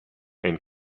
and